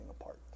apart